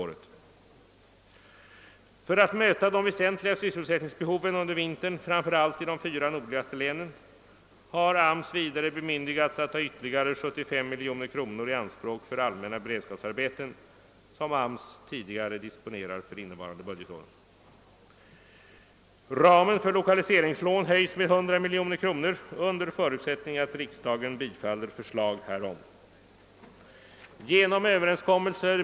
Det är naturligtvis viktigt — jag vill gärna understryka det — att dessa 18 ledamöter uppfattar sitt uppdrag att följa de statliga företagens utveckling på det sättet, att de är medansvariga för denna utveckling och att de icke kommer att fullgöra uppdraget i syfte att försvåra företagens utveckling.